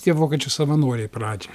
tie vokiečių savanoriai pradžią